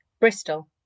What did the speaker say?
Bristol